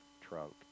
trunk